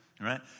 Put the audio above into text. right